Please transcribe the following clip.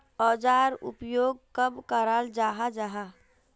औजार उपयोग कब कराल जाहा जाहा?